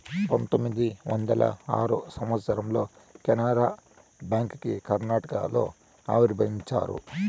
పంతొమ్మిది వందల ఆరో సంవచ్చరంలో కెనరా బ్యాంకుని కర్ణాటకలో ఆరంభించారు